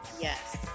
Yes